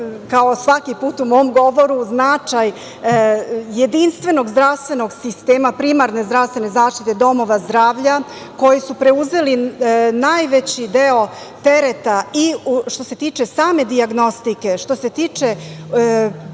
kao svaki put u mom govoru, značaj jedinstvenog zdravstvenog sistema primarne zdravstvene zaštite domova zdravlja koji su preuzeli najveći deo tereta i što se tiče samo dijagnostike, što se tiče